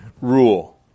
rule